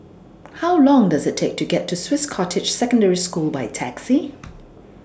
How Long Does IT Take to get to Swiss Cottage Secondary School By Taxi